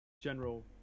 general